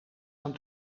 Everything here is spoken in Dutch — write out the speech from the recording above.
aan